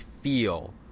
feel